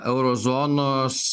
euro zonos